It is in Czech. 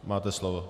Máte slovo.